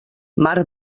mar